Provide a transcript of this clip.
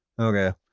Okay